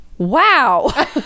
wow